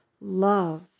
Love